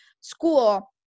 school